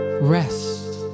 Rest